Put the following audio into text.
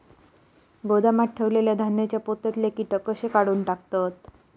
गोदामात ठेयलेल्या धान्यांच्या पोत्यातले कीटक कशे काढून टाकतत?